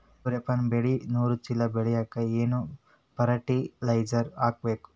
ಸೂರ್ಯಪಾನ ಬೆಳಿ ನೂರು ಚೀಳ ಬೆಳೆಲಿಕ ಏನ ಫರಟಿಲೈಜರ ಹಾಕಬೇಕು?